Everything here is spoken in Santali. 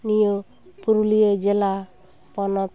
ᱱᱤᱭᱟᱹ ᱯᱩᱨᱩᱞᱤᱭᱟᱹ ᱡᱮᱞᱟ ᱯᱚᱱᱚᱛ